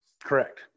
Correct